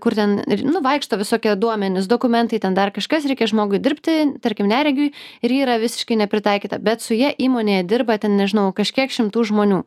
kur ten nu vaikšto visokie duomenys dokumentai ten dar kažkas reikia žmogui dirbti tarkim neregiui ir yra visiškai nepritaikyta bet su ja įmonėje dirba ten nežinojau kažkiek šimtų žmonių